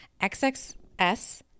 XXS